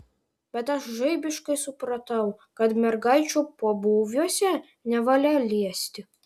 bet aš žaibiškai supratau kad mergaičių pobūviuose nevalia liesti